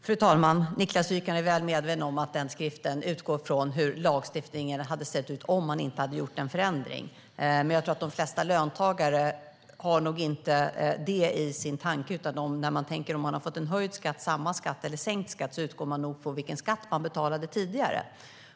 Fru talman! Niklas Wykman är väl medveten om att den skriften utgår från hur lagstiftningen hade sett ut om det inte hade skett en förändring. Jag tror att de flesta löntagare inte har det i sin tanke. Om de tänker på om de har fått höjd skatt, samma skatt eller sänkt skatt utgår de från vilken skatt de betalade tidigare.